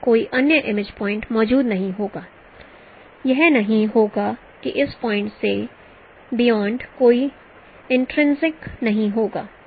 कोई अन्य image point मौजूद नहीं होगा यह नहीं होगा कि इस पॉइंट से बियोंड कोई इंटर्सेक्शन नहीं होगा